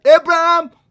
Abraham